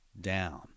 down